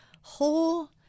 whole